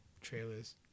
trailers